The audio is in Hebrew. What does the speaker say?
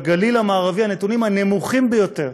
בגליל המערבי הנתונים הם הנמוכים ביותר: